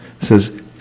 says